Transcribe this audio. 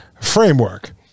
framework